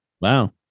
wow